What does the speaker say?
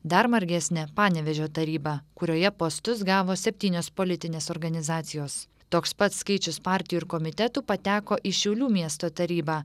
dar margesnė panevėžio taryba kurioje postus gavo septynios politinės organizacijos toks pat skaičius partijų ir komitetų pateko į šiaulių miesto tarybą